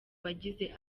bagize